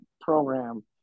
program